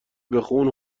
بخون